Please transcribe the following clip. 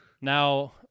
Now